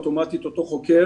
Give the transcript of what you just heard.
אוטומטית אתו חוקר